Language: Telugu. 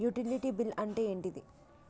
యుటిలిటీ బిల్ అంటే ఏంటిది?